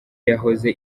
yahoze